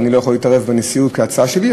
אבל אני לא יכול להתערב בנשיאות כי ההצעה שלי,